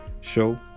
show